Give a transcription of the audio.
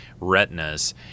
retinas